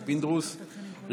1516, 1464 ו-1486.